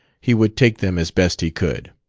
he would take them as best he could.